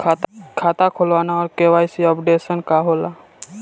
खाता खोलना और के.वाइ.सी अपडेशन का होला?